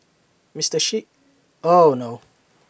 Mister Xi oh no